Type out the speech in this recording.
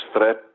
threat